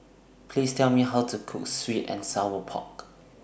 Please Tell Me How to Cook Sweet and Sour Pork